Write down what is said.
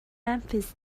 memphis